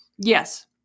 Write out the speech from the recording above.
Yes